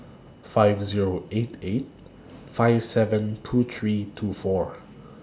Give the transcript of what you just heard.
five Zero eight eight five seven two three two four